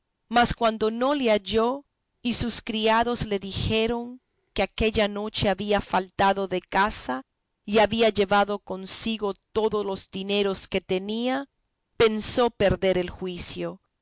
mas cuando no le halló y sus criados le dijeron que aquella noche había faltado de casa y había llevado consigo todos los dineros que tenía pensó perder el juicio